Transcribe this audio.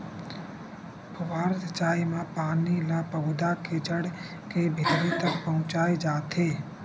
फव्हारा सिचई म पानी ल पउधा के जड़ के भीतरी तक पहुचाए जाथे